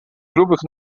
grubych